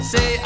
Say